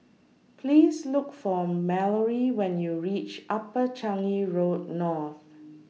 Please Look For Malorie when YOU REACH Upper Changi Road North